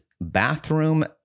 bathroom